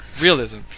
Realism